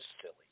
silly